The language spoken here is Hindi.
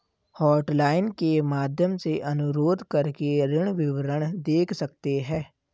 हॉटलाइन के माध्यम से अनुरोध करके ऋण विवरण देख सकते है